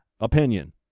Opinion